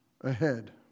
ahead